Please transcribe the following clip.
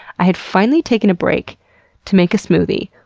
had finally taken a break to make a smoothie,